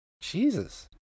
jesus